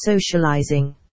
socializing